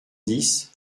dix